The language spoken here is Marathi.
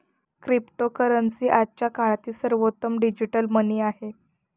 क्रिप्टोकरन्सी आजच्या काळातील सर्वोत्तम डिजिटल मनी आहे